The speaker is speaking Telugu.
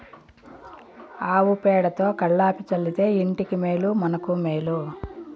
ఆవు పేడతో కళ్లాపి చల్లితే ఇంటికి మేలు మనకు మేలు